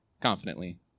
confidently